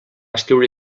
escriure